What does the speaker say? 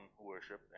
worship